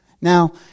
Now